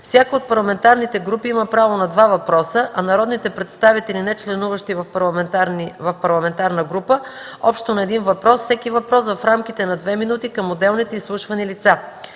Всяка от парламентарните групи има право на 2 въпроса, а народните представители, нечленуващи в парламентарна група – общо на един въпрос, всеки въпрос в рамките на 2 минути към отделните изслушвани лица.